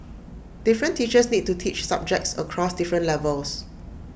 different teachers need to teach subjects across different levels